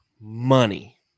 money